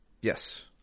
Yes